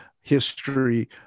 history